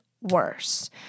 worse